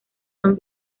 son